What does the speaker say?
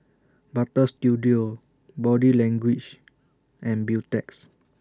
Butter Studio Body Language and Beautex